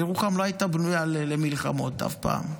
וירוחם לא הייתה בנויה למלחמות אף פעם,